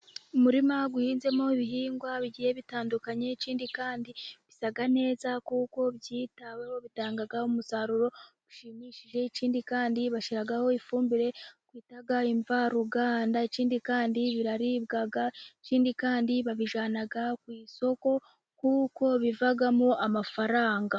Umurima uhinzemo ibihingwa bigiye bitandukanye, ikindi kandi bisa neza kuko byitaweho bitanga umusaruro ushimishije, ikindi kandi bashyiraho ifumbire twita imvaruganda ikindi kandi biraribwa, ikindi kandi babijyana ku isoko kuko bivamo amafaranga.